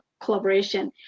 collaboration